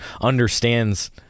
understands